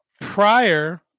prior